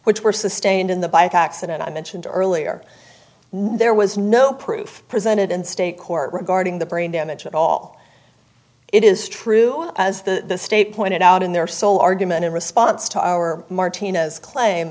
which were sustained in the bike accident i mentioned earlier there was no proof presented in state court regarding the brain damage at all it is true as the state pointed out in their sole argument in response to our martina's claim